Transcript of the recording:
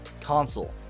console